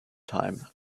time